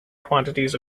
quantities